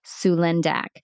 sulindac